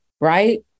Right